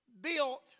built